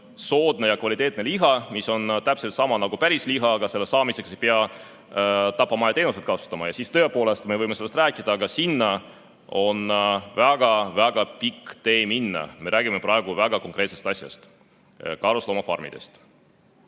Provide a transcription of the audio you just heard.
soodne ja kvaliteetne liha, mis on täpselt samasugune nagu päris liha, aga selle saamiseks ei pea tapamajateenuseid kasutama. Siis me tõepoolest võime sellest rääkida, aga sinna on väga-väga pikk tee minna. Me räägime praegu väga konkreetsest asjast, karusloomafarmidest.